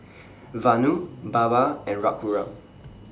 Vanu Baba and Raghuram